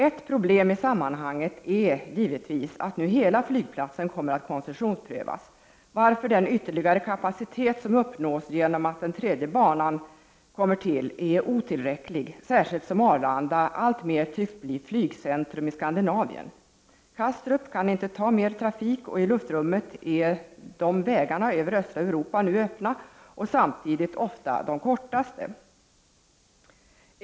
Ett problem i sammanhanget är givetvis att hela flygplatsen nu kommer att koncessionsprövas, varför den ytterligare kapacitet som uppnås genom att den tredje banan kommer till är otillräcklig, särskilt som Arlanda alltmer tycks bli flygcentrum i Skandinavien. Kastrup kan inte ta mer trafik, och i luftrummet är nu vägarna över östra Europa öppna och samtidigt ofta de kortaste.